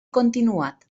continuat